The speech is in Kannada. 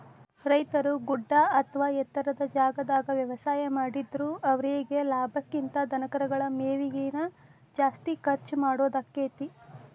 ರೈತರು ಗುಡ್ಡ ಅತ್ವಾ ಎತ್ತರದ ಜಾಗಾದಾಗ ವ್ಯವಸಾಯ ಮಾಡಿದ್ರು ಅವರೇಗೆ ಲಾಭಕ್ಕಿಂತ ಧನಕರಗಳ ಮೇವಿಗೆ ನ ಜಾಸ್ತಿ ಖರ್ಚ್ ಮಾಡೋದಾಕ್ಕೆತಿ